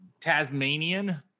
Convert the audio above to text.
Tasmanian